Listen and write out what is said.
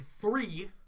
three